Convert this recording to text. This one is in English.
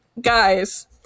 guys